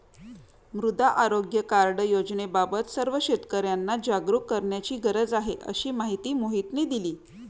मृदा आरोग्य कार्ड योजनेबाबत सर्व शेतकर्यांना जागरूक करण्याची गरज आहे, अशी माहिती मोहितने दिली